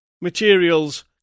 materials